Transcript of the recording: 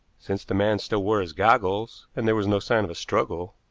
since the man still wore his goggles, and there was no sign of a struggle,